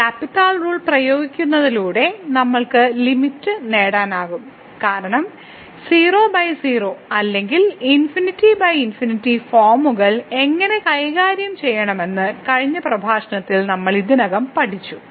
L hospital rule പ്രയോഗിക്കുന്നതിലൂടെ നമ്മൾക്ക് limit നേടാനാകും കാരണം 00 അല്ലെങ്കിൽ ∞∞ ഫോമുകൾ എങ്ങനെ കൈകാര്യം ചെയ്യണമെന്ന് കഴിഞ്ഞ പ്രഭാഷണത്തിൽ നമ്മൾ ഇതിനകം പഠിച്ചു